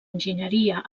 enginyeria